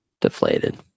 deflated